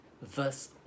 verse